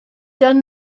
done